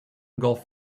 golf